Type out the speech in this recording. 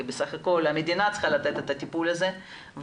כי בסך הכל המדינה צריכה לתת את הטיפול הזה ולצערי